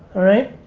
alright?